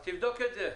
אז תבדוק את זה.